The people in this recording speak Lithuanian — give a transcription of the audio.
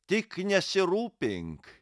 tik nesirūpink